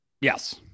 Yes